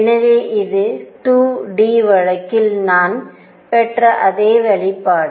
எனவே இது 2 D வழக்கில் நாம் பெற்ற அதே வெளிப்பாடு